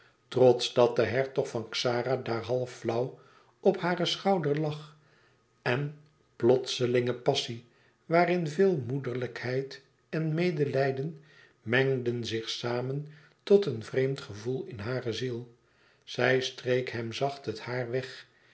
trots dat de hertog van xara daar half flauw op haren schouder lag en plotselinge passie waarin veel moederlijkheid en medelijden mengden zich samen tot een vreemd gevoel in hare ziel zij streek hem zacht het haar weg